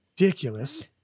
ridiculous